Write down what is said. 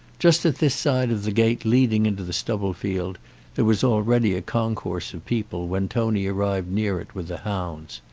just at this side of the gate leading into the stubble-field there was already a concourse of people when tony arrived near it with the hounds,